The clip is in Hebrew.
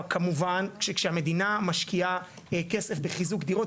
כמובן שכשהמדינה משקיעה כסף בחיזוק דירות,